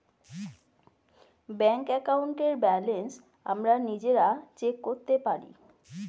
bank অ্যাকাউন্টের balance আমরা নিজেরা চেক করতে পারি